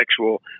sexual